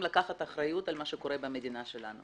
לקחת אחריות על מה שקורה במדינה שלנו,